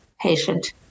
patient